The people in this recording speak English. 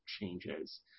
changes